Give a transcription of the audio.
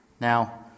Now